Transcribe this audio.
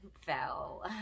fell